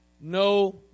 No